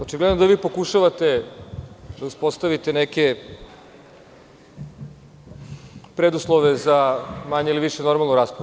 Očigledno da vi pokušavate da uspostavite neke preduslove za neku manju ili više normalnu raspravu.